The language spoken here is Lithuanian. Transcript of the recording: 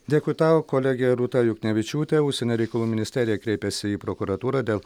dėkui tau kolegė rūta juknevičiūtė užsienio reikalų ministerija kreipėsi į prokuratūrą dėl